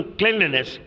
cleanliness